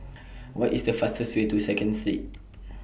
What IS The fastest Way to Second Street